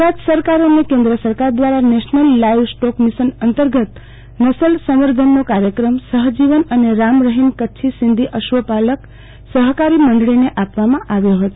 ગુજરાત સરકાર અને કેન્દ્ર સરકાર દવારા નેશનલ લાઈવ સ્ટોક મિશન અંતર્ગ ત નસલ અંવર્ધનનો કાર્યક્રમ સહજીવન અને રામરહીમ કચ્છી સિંધી અશ્વપાલક સહકારી માંડવીને આ પવામાં આપ્યો હતો